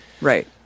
Right